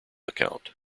account